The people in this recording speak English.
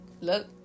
Look